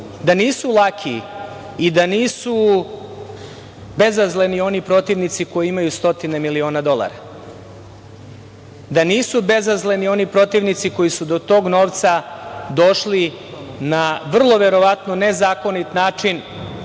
da nisu laki i da nisu bezazleni oni protivnici koji imaju stotine miliona dolara. Nisu bezazleni oni protivnici koji su do tog novca došli na, vrlo verovatno, nezakonit način,